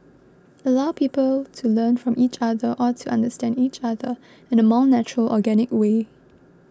allow people to learn from each other or to understand each other in a more natural organic way